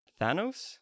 Thanos